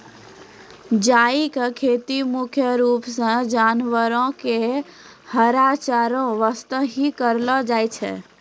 जई के खेती मुख्य रूप सॅ जानवरो के हरा चारा वास्तॅ हीं करलो जाय छै